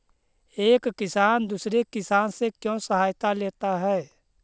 एक किसान दूसरे किसान से क्यों सहायता लेता है?